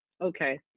Okay